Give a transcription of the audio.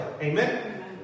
Amen